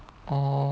orh